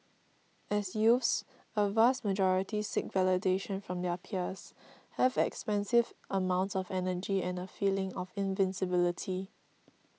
as youths a vast majority seek validation from their peers have expansive amounts of energy and a feeling of invincibility